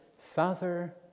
Father